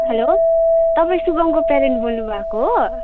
hello तपाईँ सुभमको parent बोल्नुभएको हो